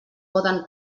poden